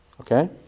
Okay